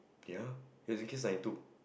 ya he's in kiss ninety two